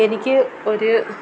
എനിക്ക് ഒരു